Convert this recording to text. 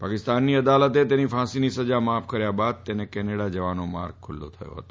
પાકિસ્તાનની અદાલતે તેની ફાંસીની સજા માફ કર્યા બાદ તેને કેનેડા જવાનો માર્ગ ખુલ્લો થયો હતો